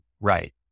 Right